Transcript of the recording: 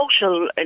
social